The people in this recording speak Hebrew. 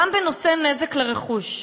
גם בנושא נזק לרכוש,